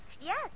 Yes